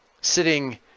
sitting